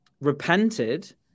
repented